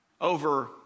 over